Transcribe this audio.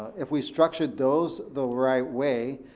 if we structured those the right way.